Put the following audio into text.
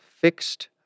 fixed